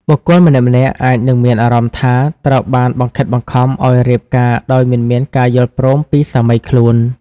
បុគ្គលម្នាក់ៗអាចនឹងមានអារម្មណ៍ថា ត្រូវបានបង្ខិតបង្ខំ ឱ្យរៀបការដោយមិនមានការយល់ព្រមពីសមីខ្លួន។